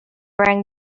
rang